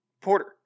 Porter